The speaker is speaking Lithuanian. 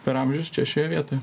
per amžius čia šioje vietoje